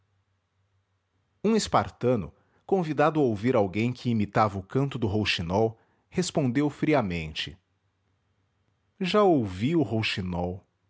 espartano convidado a ouvir alguém que imitava o canto do rouxinol respondeu friamente já ouvi o